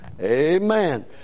Amen